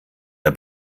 der